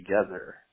together